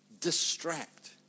distract